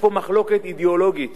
יש פה מחלוקת אידיאולוגית.